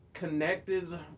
connected